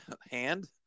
hand